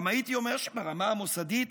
גם הייתי אומר שברמה המוסדית